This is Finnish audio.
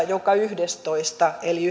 joka yhdennessätoista eli